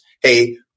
Hey